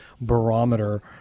barometer